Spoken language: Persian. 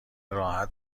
راحت